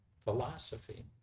philosophy